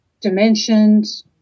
dimensions